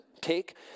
Take